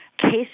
cases